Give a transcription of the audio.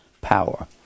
power